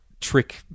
trick